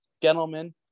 Gentlemen